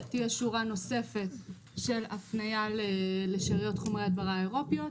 תהיה שורה נוספת של הפניה לשאריות חומרי הדברה אירופיות,